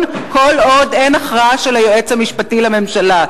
כל עוד אין הכרעה של היועץ המשפטי לממשלה.